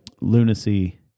lunacy